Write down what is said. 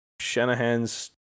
Shanahan's